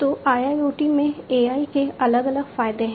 तो IIoT में AI के अलग अलग फायदे हैं